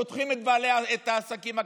פותחים את העסקים הקטנים,